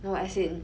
no as in